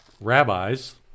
rabbis